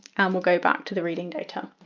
we'll go back to the reading data.